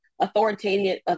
authoritarian